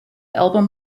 album